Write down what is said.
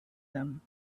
them